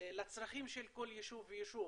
לצרכים של כל יישוב ויישוב.